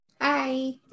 Hi